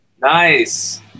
Nice